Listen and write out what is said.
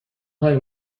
های